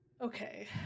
Okay